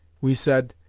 we said,